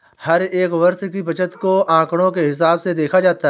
हर एक वर्ष की बचत को आंकडों के हिसाब से देखा जाता है